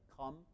Come